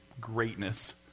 greatness